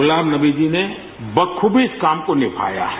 गुलाम नबी जी ने बखूबी इस काम को निभाया है